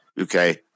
okay